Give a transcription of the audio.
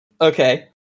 Okay